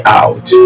out